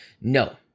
No